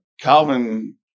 Calvin